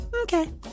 Okay